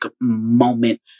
moment